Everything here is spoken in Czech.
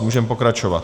Můžeme pokračovat.